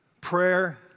Prayer